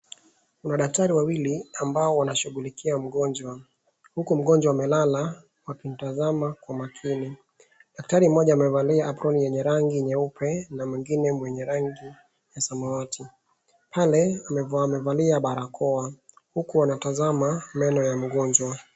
Kuna daktari wawili ambao wanashughulikia mgonjwa. Huku mgonjwa amelala wakimtazama kwa makini. Daktari mmoja amevalia aproni yenye rangi nyeupe na mwingine mwenye rangi ya samawati. Pale wamevalia barakoa huku ana tazama meno ya mgonjwa.